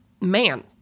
man